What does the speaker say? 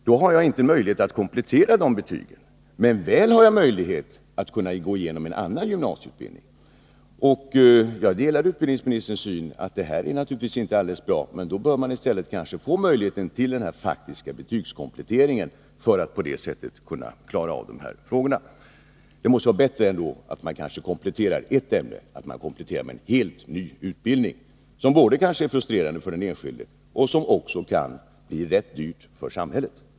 Då har man inte möjlighet att komplettera betygen, men väl har man möjlighet att gå igenom en annan gymnasieutbildning. Jag delar utbildningsministerns synpunkt att detta naturligtvis inte är helt bra. Men då bör man kanske i stället få möjlighet till denna faktiska betygskomplettering för att på det sättet klara av problemen. Det måste ändå vara bättre att man kompletterar ett ämne än att man kompletterar med en helt ny utbildning, som kanske både är frustrerande för den enskilde och kan bli rätt dyr för samhället.